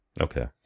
Okay